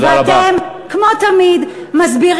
אתה יודע מה המתווה?